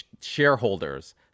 shareholders